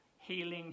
healing